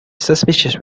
suspicious